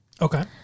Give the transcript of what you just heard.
Okay